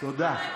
תודה.